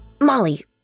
Molly